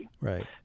Right